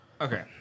okay